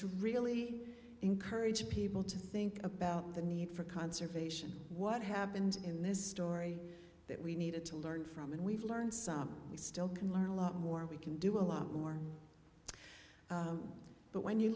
to really encourage people to think about the need for conservation what happened in this story that we needed to learn from and we've learned something we still can learn a lot more we can do a lot more but when you